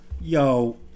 Yo